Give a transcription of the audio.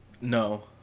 No